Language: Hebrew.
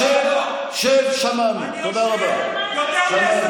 אם הוא רוצה, תעשה לו, תודה לך, שב,